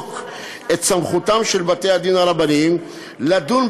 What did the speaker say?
בחוק את סמכותם של בתי-הדין הרבניים לדון,